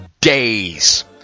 days